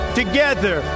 together